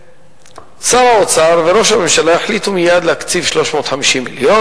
ששר האוצר וראש הממשלה החליטו מייד להקציב 350 מיליון.